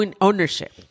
ownership